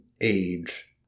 age